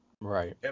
Right